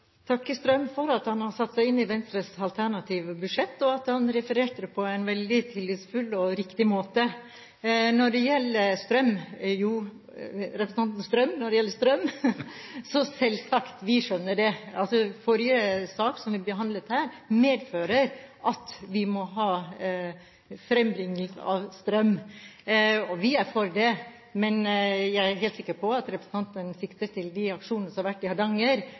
takker representanten Strøm for at han har satt seg inn i Venstres alternative budsjett, og for at han refererte det på en veldig tillitsfull og riktig måte. Når det gjelder strøm – selvsagt skjønner vi det. Forrige sak som ble behandlet her, medfører at vi må ha frembringelse av strøm, og vi er for det. Men jeg er helt sikker på at representanten sikter til de aksjonene som har vært i Hardanger,